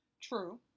True